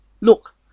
Look